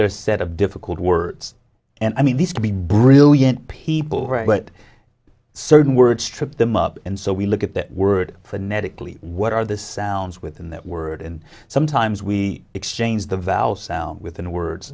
their set of difficult words and i mean these could be brilliant people right but certain words trip them up and so we look at that word for unethically what are the sounds within that word and sometimes we exchange the vowel sound with in words